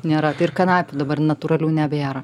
nėra tai ir kanapių dabar natūralių nebėra